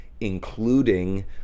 including